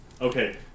Okay